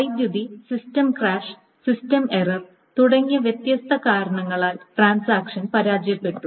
വൈദ്യുതി system crash system error തുടങ്ങിയ വ്യത്യസ്ത കാരണങ്ങളാൽ ട്രാൻസാക്ഷൻ പരാജയപ്പെട്ടു